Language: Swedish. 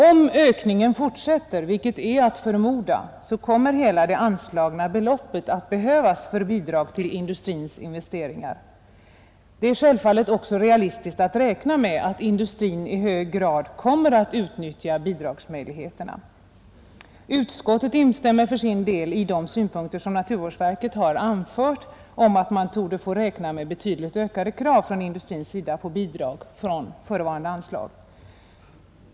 Om ökningen fortsätter, vilket är att förmoda, kommer hela det anslagna beloppét att behövas för bidrag till industrins investeringar. Det är självfallet också realistiskt att räkna med att industrin i hög grad kommer att utnyttja bidragsmöjligheterna. Utskottet instämmer för sin del i de synpunkter som naturvårdsverket har anfört, att man torde få räkna med betydligt ökade krav från industrins sida på bidrag från förevarande anslag.